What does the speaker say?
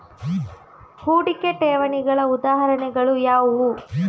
ಹೂಡಿಕೆ ಠೇವಣಿಗಳ ಉದಾಹರಣೆಗಳು ಯಾವುವು?